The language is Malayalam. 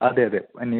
അതെ അതെ അത് നെയ്ബറാ